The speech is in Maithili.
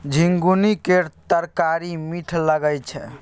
झिगुनी केर तरकारी मीठ लगई छै